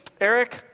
Eric